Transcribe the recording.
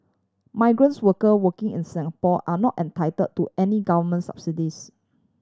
migrants worker working in Singapore are not entitle to any Government subsidies